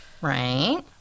Right